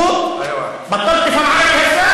טוב, מאיפה אתה?